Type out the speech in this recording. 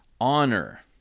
honor